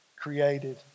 created